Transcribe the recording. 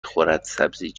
خورد